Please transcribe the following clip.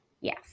Yes